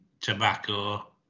tobacco